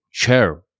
chair